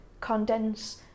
condense